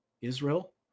Israel